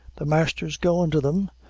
the master's goin' to them?